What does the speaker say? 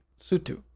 sutu